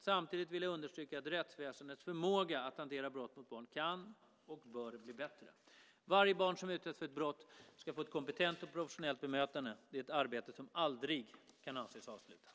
Samtidigt vill jag understryka att rättsväsendets förmåga att hantera brott mot barn kan och bör bli bättre. Varje barn som utsätts för ett brott ska få ett kompetent och professionellt bemötande. Det är ett arbete som aldrig kan anses avslutat.